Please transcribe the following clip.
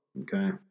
okay